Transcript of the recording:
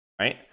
right